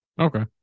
Okay